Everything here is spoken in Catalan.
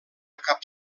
cap